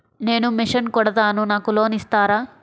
నేను మిషన్ కుడతాను నాకు లోన్ ఇస్తారా?